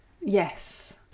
Yes